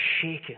shaken